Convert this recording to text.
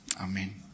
Amen